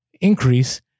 increase